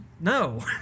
No